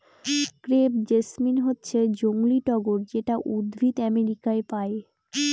crepe jasmine হচ্ছে জংলী টগর যেটা উদ্ভিদ আমেরিকায় পায়